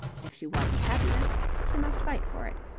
if she wanted happiness, she must fight for it,